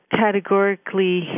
categorically